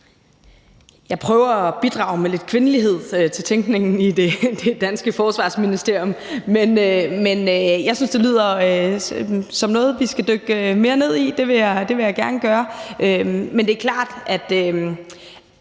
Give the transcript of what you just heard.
Jeg prøver at bidrage med lidt kvindelighed til tænkningen i det danske Forsvarsministerium, men jeg synes, det lyder som noget, vi skal dykke mere ned i, og det vil jeg gerne gøre. Men det er klart, at